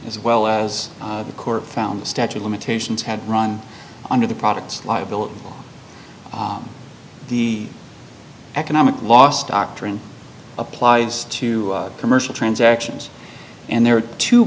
as well as the court found the statue of limitations had run under the products liability for the economic loss doctrine applies to commercial transactions and there are two